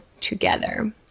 together